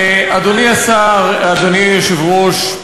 אדוני השר, אדוני היושב-ראש,